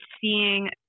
seeing